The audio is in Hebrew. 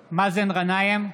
גנאים,